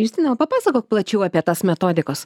justina papasakok plačiau apie tas metodikos